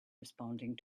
responding